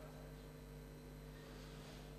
הם שחזרו את הרצח.